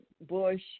Bush